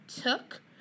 took